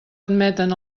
admeten